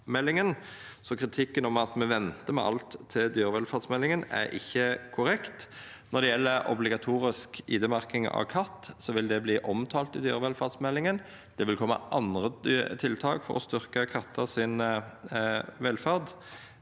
kritikken om at me ventar med alt til dyrevelferdsmeldinga kjem, er ikkje korrekt. Når det gjeld obligatorisk ID-merking av katt, vil det verta omtala i dyrevelferdsmeldinga. Det vil koma andre tiltak for å styrkja velferda